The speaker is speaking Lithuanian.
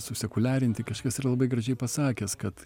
susekuliarinti kažkas yra labai gražiai pasakęs kad